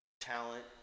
talent